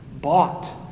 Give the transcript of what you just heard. Bought